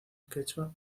quechua